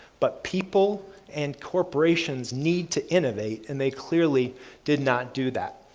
but people and corporations need to innovate, and they clearly did not do that.